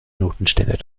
notenständer